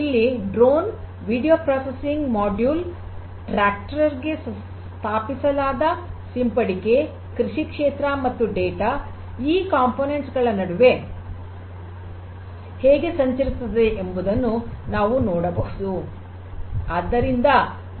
ಇಲ್ಲಿ drones video processing module ಟ್ರ್ಯಾಕ್ಟರ್ಗೆ ಸ್ಥಾಪಿಸಲಾದ ಸಿಂಪಡಿಕೆ ಕೃಷಿ ಕ್ಷೇತ್ರ ಮತ್ತು ಡೇಟಾ ಈ ಘಟಕಗಳ ನಡುವೆ ಹೇಗೆ ಸಂಚರಿಸುತ್ತದೆ ಎಂಬುದನ್ನು ನಾವು ನೋಡಬಹುದು